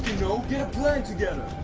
get a plan together!